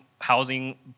housing